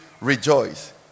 Rejoice